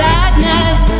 Sadness